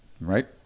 right